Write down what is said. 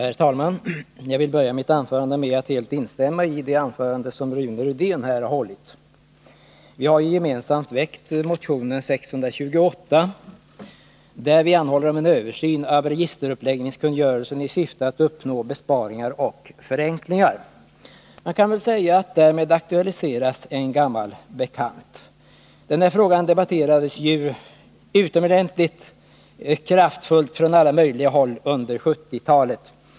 Herr talman! Jag vill börja mitt anförande med att helt instämma i det anförande som Rune Rydén här har hållit. Vi har gemensamt väckt motion 628, där vi anhåller om en översyn av registeruppläggningskungörelsen i syfte att uppnå besparingar och förenklingar. Därmed aktualiseras en gammal bekant. Den här frågan debatterades utomordentligt kraftfullt från alla möjliga håll under 1970-talet.